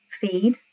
feed